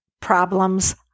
problems